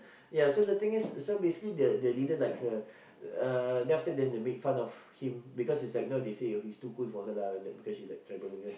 ya so the thing is so basically the the leader like her uh then after that they make fun of him because it's like you know they say he's too good for her lah because she's like tribal girl